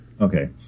Okay